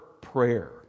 prayer